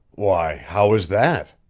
why, how is that?